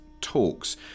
talks